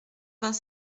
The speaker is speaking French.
vingt